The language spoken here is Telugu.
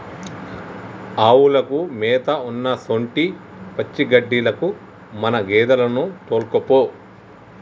ఆవులకు మేత ఉన్నసొంటి పచ్చిగడ్డిలకు మన గేదెలను తోల్కపో